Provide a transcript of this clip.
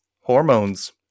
hormones